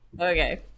okay